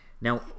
Now